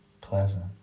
pleasant